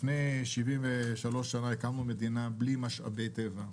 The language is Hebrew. לפני 73 שנה הקמנו את המדינה בלי משאבי טבע,